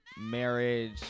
marriage